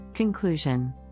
Conclusion